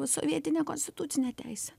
sovietinę konstitucinę teisę